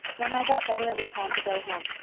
when i got better it was time to go home.